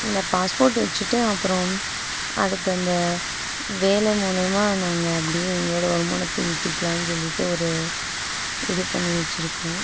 இந்த பாஸ்போர்ட்டு வைச்சுட்டு அப்புறம் அடுத்து அந்த வேலை மூலயமா நாங்கள் அப்படியே எங்களோடய வருமானத்தை ஈட்டிக்கலான்னு சொல்லிட்டு ஒரு இது பண்ணி வச்சுருக்கோம்